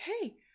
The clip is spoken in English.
hey